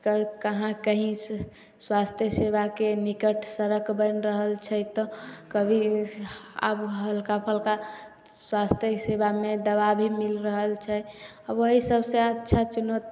कब कहाँ कही से स्वास्थ्य सेवाके निकट सड़क बनि रहल छै तऽ कभी अब हल्का फल्का स्वास्थ्य सेवामे दबाइ भी मिल रहल छै आ ओहि सब से अच्छा चुन